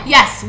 Yes